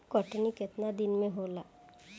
कटनी केतना दिन में होला?